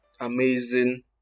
amazing